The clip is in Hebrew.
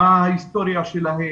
מה ההיסטוריה שלהם